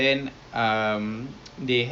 ya worst come to worst me you adam